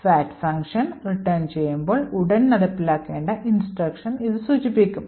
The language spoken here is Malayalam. ഫാക്റ്റ് function return ചെയ്യുമ്പോൾ ഉടൻ നടപ്പിലാക്കേണ്ട ഇൻസ്ട്രക്ഷൻ ഇത് സൂചിപ്പിക്കും